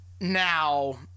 Now